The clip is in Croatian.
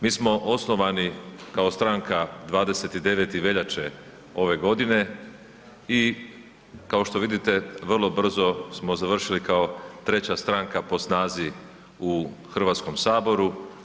Mi smo osnovani kao stranka 29. veljače ove godine i kao što vidite, vrlo brzo smo završili kao 3. stranka po snazi u Hrvatskome saboru.